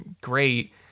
great